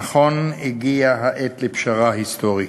נכון, הגיעה העת לפשרה היסטורית.